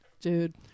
Dude